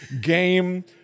game